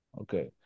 Okay